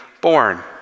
born